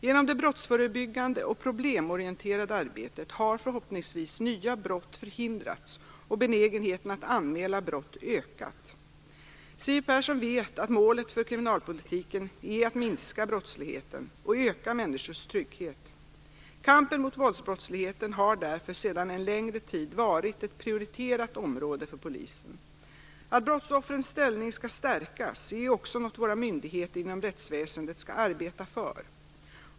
Genom det brottsförebyggande och problemorienterade arbetet har förhoppningsvis nya brott förhindrats och benägenheten att anmäla brott ökat. Siw Persson vet att målet för kriminalpolitiken är att minska brottsligheten och öka människors trygghet. Kampen mot våldsbrottsligheten har därför en längre tid varit ett prioriterat område för polisen. Att brottsoffrens ställning skall stärkas är också något våra myndigheter inom rättsväsendet skall arbeta för.